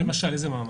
למשל, איזה מעמד?